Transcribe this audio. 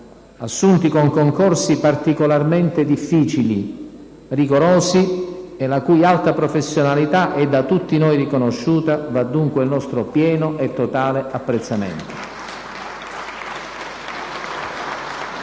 assunti con concorsi particolarmente difficili, rigorosi e la cui alta professionalità è da tutti noi riconosciuta, va dunque il nostro pieno e totale apprezzamento.